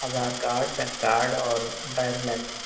Aadhaar card PAN card اور driving licence